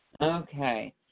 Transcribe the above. Okay